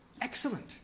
excellent